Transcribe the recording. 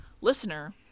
listener